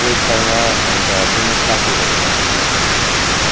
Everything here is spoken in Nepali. रोहित शर्मा अन्त दिनेश कार्तिकहरू मन पर्छ